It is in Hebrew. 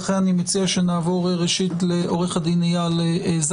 לכן אני מציע שנעבור לעו"ד איל זנדברג